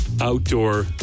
outdoor